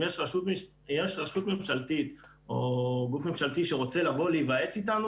אם יש גוף ממשלתי שרוצה להתייעץ אתנו,